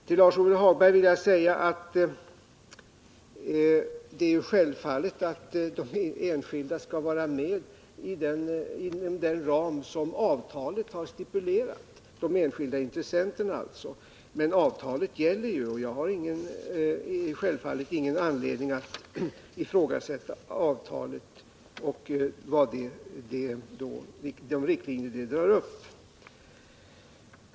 Till Lars-Ove Hagberg vill jag säga att det är självklart att de enskilda intressenterna skall vara med i den ram som avtalet har stipulerat. Men avtalet gäller ju, och jag har självfallet ingen anledning att ifrågasätta avtalet och de riktlinjer det drar upp.